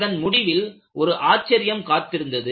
அதன் முடிவில் ஒரு ஆச்சரியம் காத்திருந்தது